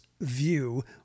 view